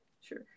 Sure